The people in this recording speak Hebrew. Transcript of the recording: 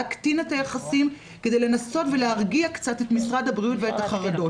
להקטין את היחסים כדי לנסות ולהרגיע קצת את משרד הבריאות ואת החרדות.